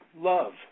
love